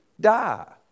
die